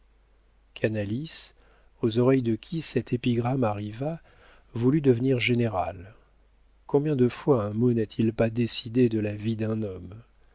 canalis aux oreilles de qui cette épigramme arriva voulut devenir général combien de fois un mot n'a-t-il pas décidé de la vie d'un homme